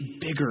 bigger